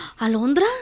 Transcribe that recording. alondra